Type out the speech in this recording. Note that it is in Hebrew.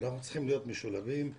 אנחנו צריכים להיות משולבים בניהול,